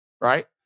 right